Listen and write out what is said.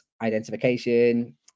identification